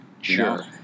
Sure